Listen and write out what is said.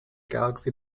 galaxy